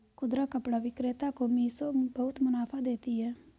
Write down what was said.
खुदरा कपड़ा विक्रेता को मिशो बहुत मुनाफा देती है